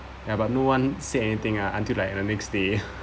ya but no one said anything ah until like the next day